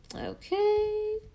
Okay